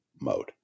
mode